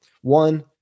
One